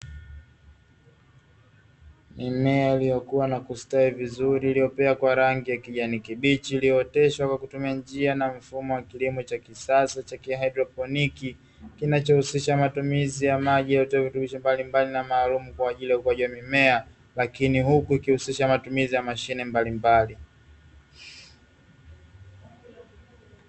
Mimea iliyokuwa na kustawi vizuri iliyopea na rangi ya kijani kibichi iliyooteshwa kwa kutumia njia na mifumo ya kilimo cha kisasa cha kihaidroponi, kinachohusisha matumizi ya maji yaliyotiwa virutubishi mbalimbali maalumu kwa ajili ya ukuaji wa mimea lakini huku ikihusishwa na matumizi ya mashine mbalimbali.